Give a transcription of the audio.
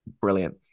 Brilliant